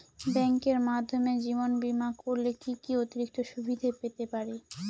ব্যাংকের মাধ্যমে জীবন বীমা করলে কি কি অতিরিক্ত সুবিধে পেতে পারি?